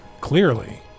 Clearly